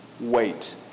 wait